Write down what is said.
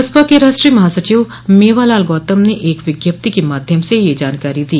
बसपा के राष्ट्रीय महासचिव मेवालाल गौतम ने एक विज्ञप्ति के माध्यम से यह जानकारी दी